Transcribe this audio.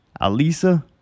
Alisa